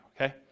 okay